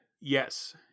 Yes